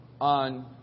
on